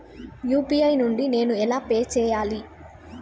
UPI నుండి నేను ఎలా పే చెయ్యాలి?